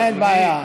אין בעיה.